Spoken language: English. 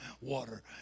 water